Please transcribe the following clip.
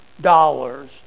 dollars